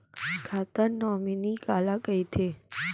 खाता नॉमिनी काला कइथे?